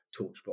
Torchbox